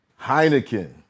Heineken